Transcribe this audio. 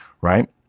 right